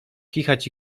kichać